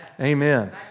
Amen